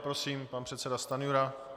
Prosím, pan předseda Stanjura.